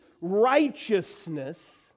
righteousness